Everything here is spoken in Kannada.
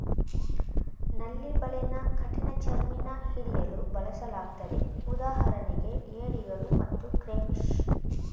ನಳ್ಳಿ ಬಲೆನ ಕಠಿಣಚರ್ಮಿನ ಹಿಡಿಯಲು ಬಳಸಲಾಗ್ತದೆ ಉದಾಹರಣೆಗೆ ಏಡಿಗಳು ಮತ್ತು ಕ್ರೇಫಿಷ್